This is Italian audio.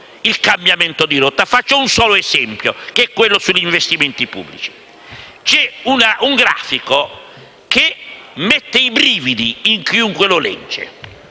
un cambiamento di rotta? Faccio solo un esempio, relativo agli investimenti pubblici. C'è un grafico che mette i brividi in chiunque lo legga: